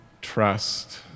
trust